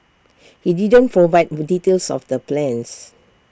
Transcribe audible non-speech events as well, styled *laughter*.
he didn't for wide *unintelligible* details of the plans